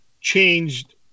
changed